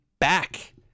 back